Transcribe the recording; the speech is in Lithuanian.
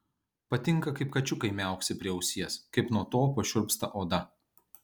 patinka kaip kačiukai miauksi prie ausies kaip nuo to pašiurpsta oda